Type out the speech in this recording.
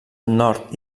nord